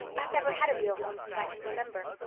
i've never had a real home since i can remember.